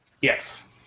Yes